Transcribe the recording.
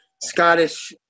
Scottish